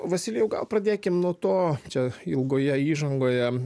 vasilijau gal pradėkim nuo to čia ilgoje įžangoje